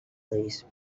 placed